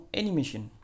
animation